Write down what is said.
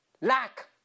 lack